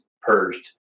purged